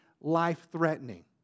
life-threatening